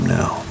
now